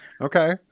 Okay